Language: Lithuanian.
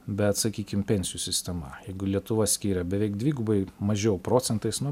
bet sakykim pensijų sistema jeigu lietuva skiria beveik dvigubai mažiau procentais nuo